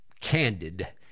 candid